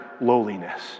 lowliness